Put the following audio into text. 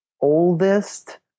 oldest